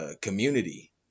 community